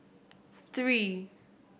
three